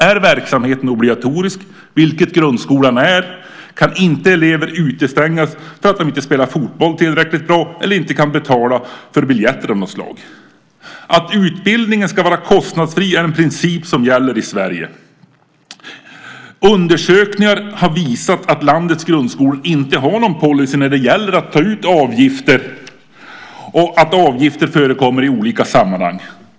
Är verksamheten obligatorisk, vilket grundskolan är, kan inte elever utestängas för att de inte spelar fotboll tillräckligt bra eller inte kan betala för biljetter av något slag. Att utbildningen ska vara kostnadsfri är en princip som gäller i Sverige. Undersökningar har visat att landets grundskolor inte har någon policy när det gäller att ta ut avgifter och att avgifter förekommer i olika sammanhang.